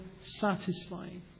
satisfying